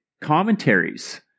commentaries